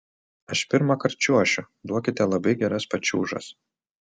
aš pirmąkart čiuošiu duokite labai geras pačiūžas